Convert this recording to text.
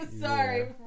Sorry